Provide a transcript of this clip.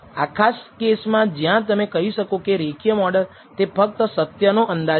આ ખાસ કેસમાં જ્યાં તમે કહી શકો છો કે રેખીય મોડલ તે ફક્ત સત્ય નો અંદાજ છે